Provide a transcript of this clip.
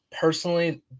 personally